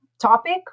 topic